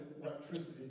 electricity